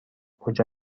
کجا